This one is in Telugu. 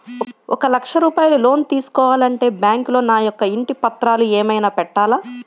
ఒక లక్ష రూపాయలు లోన్ తీసుకోవాలి అంటే బ్యాంకులో నా యొక్క ఇంటి పత్రాలు ఏమైనా పెట్టాలా?